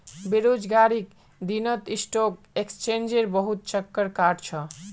बेरोजगारीर दिनत स्टॉक एक्सचेंजेर बहुत चक्कर काट छ